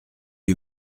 eut